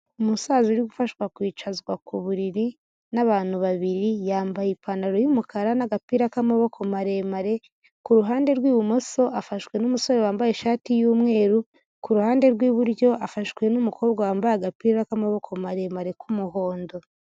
Umusaza uri gufashwa kwicazwa ku buriri n'abantu babiri, yambaye ipantaro y'umukara n'agapira k'amaboko maremare, ku ruhande rw'ibumoso afashwe n'umusore wambaye ishati y'umweru, ku ruhande rw'iburyo afashwe n'umukobwa wambaye agapira k'amaboko maremare k'umuhondo.